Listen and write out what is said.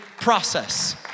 process